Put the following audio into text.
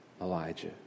Elijah